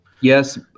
Yes